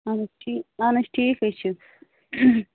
اَہن حَظ ٹھیٖک اَہن حَظ ٹھیٖک چھُ